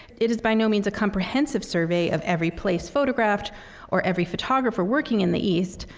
it is by no means a comprehensive survey of every place photographed or every photographer working in the east,